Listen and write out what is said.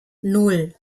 nan